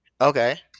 Okay